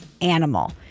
animal